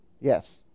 Yes